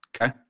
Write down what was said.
Okay